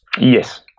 yes